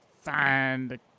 find